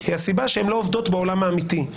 היא הסיבה שהן לא עובדות בעולם האמיתי.